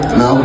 no